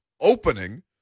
opening